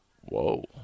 Whoa